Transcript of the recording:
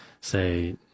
say